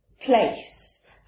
place